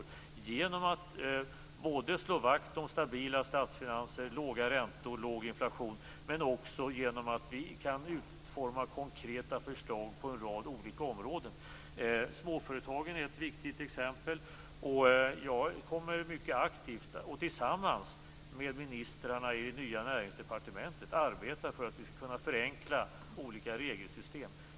Det gör vi genom att slå vakt om stabila statsfinanser, låga räntor och låg inflation men också genom att vi kan utforma konkreta förslag på en rad olika områden. Småföretagen är ett viktigt exempel. Jag kommer mycket aktivt att tillsammans med ministrarna i det nya näringsdepartementet arbeta för att vi skall kunna förenkla olika regelsystem.